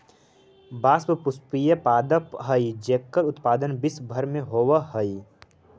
बाँस पुष्पीय पादप हइ जेकर उत्पादन विश्व भर में होवऽ हइ